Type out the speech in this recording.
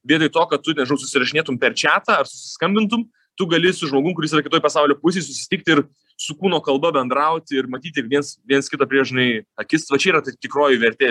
vietoj to kad su nežinau susirašinėtum per čiatą ar skambintum tu gali su žmogum kuris yra kitoj pasaulio pusėj susitikti ir su kūno kalba bendrauti ir matyti viens viens kitą prieš žinai akis va čia yra ta tikroji vertė